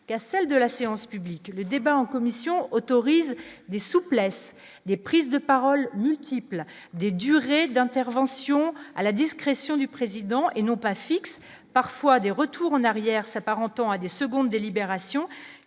et à celle de la séance publique le débat en commission autorise des souplesses, des prises de parole multiple des durées d'intervention à la discrétion du président et non pas fixe parfois des retours en arrière s'apparentant à des seconde délibération